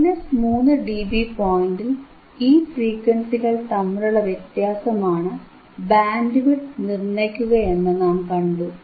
3ഡിബി പോയിന്റിൽ ഈ ഫ്രീക്വൻസികൾ തമ്മിലുള്ള വ്യത്യാസമാണ് ബാൻഡ് വിഡ്ത് നിർണയിക്കുകയെന്ന് നാം കണ്ടു